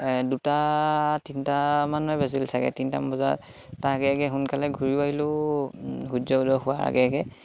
দুটা তিনটামান বাজিল চাগে তিনটামান বজাত তাৰ আগে আগে সোনকালে ঘূৰি আহিলেও সূৰ্য উদয় হোৱাৰ আগে আগে